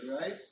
right